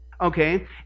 Okay